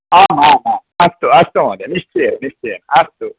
आम् आम् आम् अस्तु अस्तु महोदय निश्चयेन निश्चयेन अस्तु